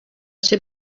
ser